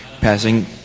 passing